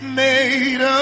made